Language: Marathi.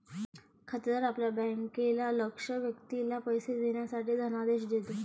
खातेदार आपल्या बँकेला लक्ष्य व्यक्तीला पैसे देण्यासाठी धनादेश देतो